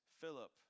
Philip